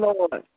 Lord